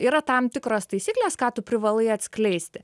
yra tam tikros taisyklės ką tu privalai atskleisti